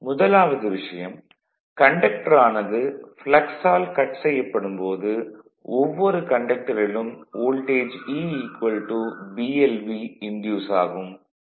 முதலாவது விஷயம் கண்டக்டர் ஆனது ப்ளக்ஸால் கட் செய்யப்படும் போது ஒவ்வொரு கண்டக்டரிலும் வோல்டேஜ் E BlV இன்டியூஸ் ஆகும்